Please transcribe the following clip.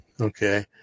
Okay